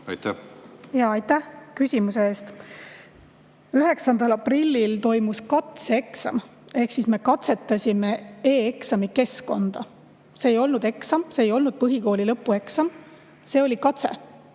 otsus. Aitäh küsimuse eest! 9. aprillil toimus katseeksam. Me katsetasime e-eksamikeskkonda. See ei olnud eksam, see ei olnud põhikooli lõpueksam, see oli katse,